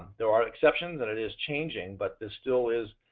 there are exceptions that it is changing but there still is,